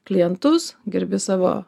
klientus gerbi savo